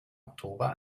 oktober